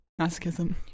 masochism